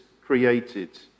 created